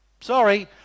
Sorry